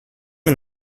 and